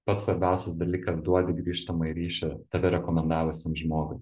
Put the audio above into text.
pats svarbiausias dalykas duodi grįžtamąjį ryšį tave rekomendavusiam žmogui